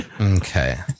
okay